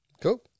Cool